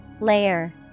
Layer